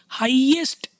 highest